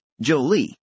Jolie